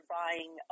buying